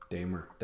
Damer